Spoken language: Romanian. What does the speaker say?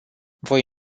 voi